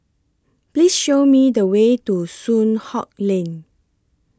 Please Show Me The Way to Soon Hock Lane